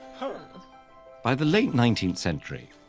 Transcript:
but by the late nineteenth century,